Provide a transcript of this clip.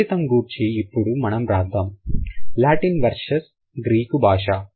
సంచితం గూర్చి ఇప్పుడు మనం రాద్దాం లాటిన్ వర్సెస్ గ్రీక్ భాష